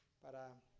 para